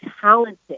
talented